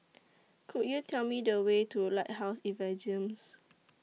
Could YOU Tell Me The Way to Lighthouse